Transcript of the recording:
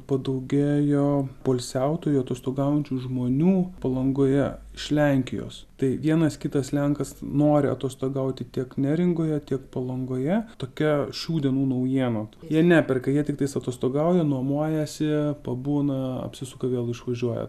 padaugėjo poilsiautojų atostogaujančių žmonių palangoje iš lenkijos tai vienas kitas lenkas nori atostogauti tiek neringoje tiek palangoje tokia šių dienų naujiena jie neperka jie tiktais atostogauja nuomojasi pabūna apsisuka vėl išvažiuoja